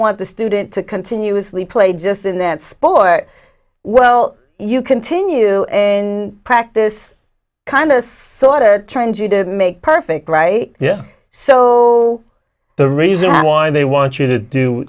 want the student to continuously play just in that spot well you continue and practice kindness sautter trying to make perfect right yeah so the reason why they want you to do